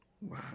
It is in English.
Wow